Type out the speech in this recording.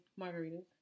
margaritas